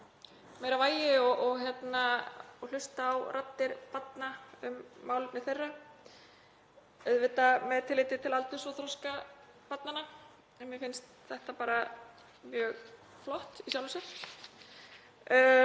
meira vægi og hlusta á raddir barna um málefni þeirra, auðvitað með tilliti til aldurs og þroska barnanna. En mér finnst þetta bara mjög flott í sjálfu sér.